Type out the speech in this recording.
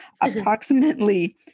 approximately